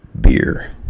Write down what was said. beer